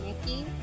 Nikki